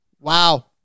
Wow